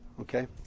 Okay